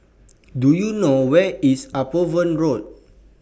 Do YOU know Where IS Upavon Road